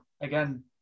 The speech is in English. again